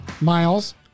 Miles